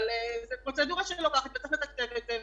אבל זו פרוצדורה שלוקחת זמן, וצריך לתקצב את זה.